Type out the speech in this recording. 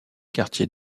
quartier